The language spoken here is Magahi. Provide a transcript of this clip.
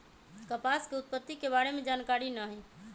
कपास के उत्पत्ति के बारे में जानकारी न हइ